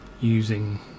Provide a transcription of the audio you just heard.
using